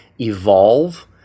evolve